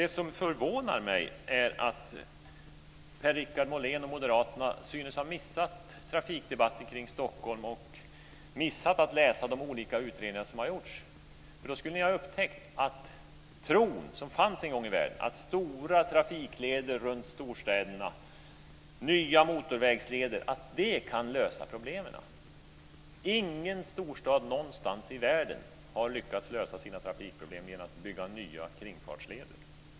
Det som förvånar mig är att Per-Richard Molén och Moderaterna synes ha missat trafikdebatten kring Stockholm och missat att läsa de olika utredningar som har gjorts. Om de hade gjort det skulle de ha upptäckt vad man kommit fram till om tron som fanns en gång i världen att stora trafikleder runt storstäderna och nya motorvägsleder kan lösa problemen. Ingen storstad någonstans i världen har lyckats lösa sina trafikproblem genom att bygga nya kringfartsleder.